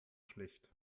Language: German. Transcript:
schlecht